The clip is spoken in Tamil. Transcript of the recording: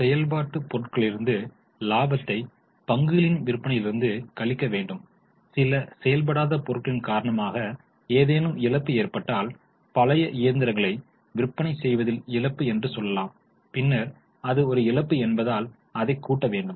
செயல்பாட்டு பொருட்களிலிருந்து லாபத்தை பங்குகளின் விற்பனையிலிருந்து கழிக்க வேண்டும் சில செயல்படாத பொருட்களின் காரணமாக ஏதேனும் இழப்பு ஏற்பட்டால் பழைய இயந்திரங்கள் விற்பனை செய்வதில் இழப்பு என்று சொல்லலாம் பின்னர் அது ஒரு இழப்பு என்பதால் அதை கூட்ட வேண்டும்